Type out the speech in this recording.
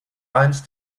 eins